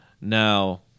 Now